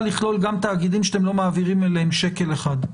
לכלול גם תאגידים שאתם לא מעבירים אליהם שקל אחד.